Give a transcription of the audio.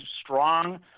strong